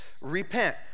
Repent